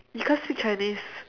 you can't speak chinese